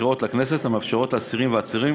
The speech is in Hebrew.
הבחירות לכנסת המאפשרות לאסירים ועצורים